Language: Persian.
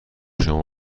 شما